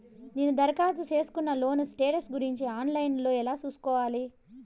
నేను దరఖాస్తు సేసుకున్న లోను స్టేటస్ గురించి ఆన్ లైను లో ఎలా సూసుకోవాలి?